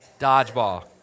Dodgeball